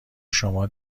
شما